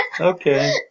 Okay